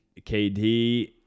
KD